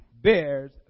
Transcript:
bears